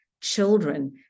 children